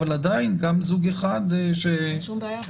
אבל עדיין גם זוג אחד ש --- אין שום בעיה,